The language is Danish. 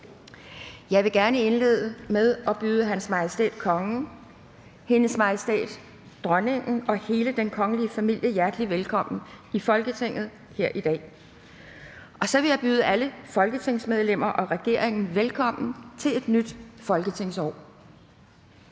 Jeg vil gerne indlede med at byde Hans Majestæt Kongen, Hendes Majestæt Dronningen og hele den kongelige familie hjerteligt velkommen i Folketinget her i dag, og så vil jeg også byde alle folketingsmedlemmer og regeringen velkommen til et nyt folketingsår.